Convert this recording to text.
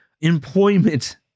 employment